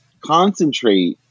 concentrate